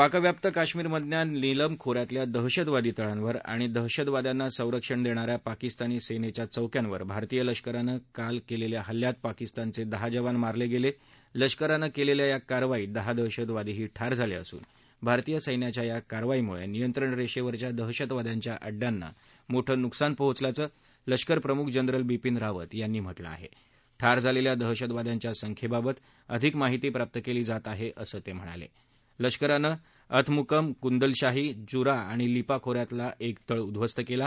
पाकव्याप्त काश्मीर मधल्या निलम खो यातल्या दहशतवादी तळांवर आणि दहशतवाद्यांना संरक्षण दक्षान्या पाकिस्तानी संताच्या चौक्यांवर भारतीय लष्करानं काल हल्ल्यात पाकिस्तानचविहा जवान मारलांच्या अष्करानं कलिल्या या कारवाईत दहा दहशतवादीही ठार झाला असून भारतीय सैन्याच्या या कारवाईमुळामियत्रंण सातित्विच्या दहशवाद्यांच्या आड्याना मोठं नुकसान पोहचल्याचं लष्कर प्रमुख जनरल बिपीन रावत यांनी म्हटलं आहाऊार झालखिा दहशतवाद्यांच्या संख्याप्रत अधिक माहिती प्राप्त कळी जात आहविसं तक्रिणाला अष्करानविथमुकम कुंदलशाही जूरा आणि लिपा खो यातला एक तळ उद्दवस्त कला